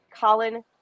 Colin